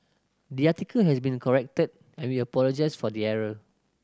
the article has been corrected and we apologise for the error